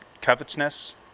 covetousness